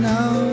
Now